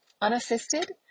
unassisted